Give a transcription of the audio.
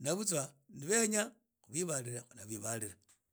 na butsa ni benya khwibalile na khubibalile.